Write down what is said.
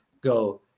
go